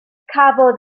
cafodd